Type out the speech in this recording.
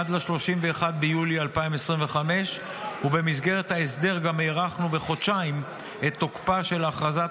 עד ל-31 ביולי 2025. ובמסגרת ההסדר גם הארכנו בחודשיים את תוקפה של הכרזת